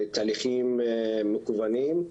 ותהליכים מקוונים,